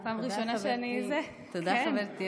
תודה, חברתי היקרה.